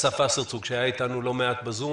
פה פיזית אסף וסרצוג שהיה איתנו לא מעט בזום